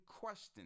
question